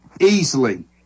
easily